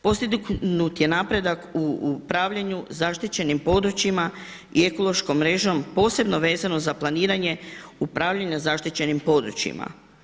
Postignut je napredak u upravljanju zaštićenim područjima i ekološkom mrežom posebno vezano za planiranje upravljanja zaštićenim područjima.